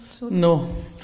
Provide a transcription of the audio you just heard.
No